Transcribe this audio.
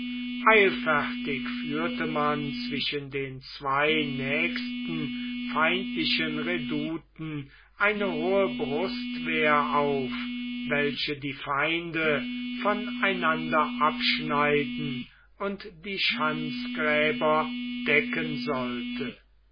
eilfertig führte man zwischen den zwei nächsten feindlichen redouten eine hohe brustwehr auf welche die feinde von einander abschneiden und die schanzgräber decken sollte